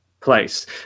place